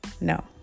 No